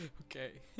Okay